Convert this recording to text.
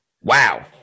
Wow